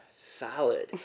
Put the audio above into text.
Solid